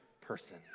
person